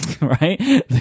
right